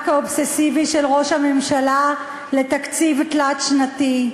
האובססיבי של ראש הממשלה לתקציב תלת-שנתי,